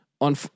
on